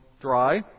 dry